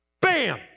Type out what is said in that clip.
Bam